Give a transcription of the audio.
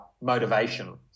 motivation